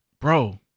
bro